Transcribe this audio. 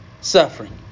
suffering